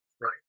right